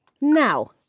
now